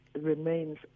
remains